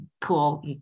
cool